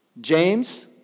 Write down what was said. James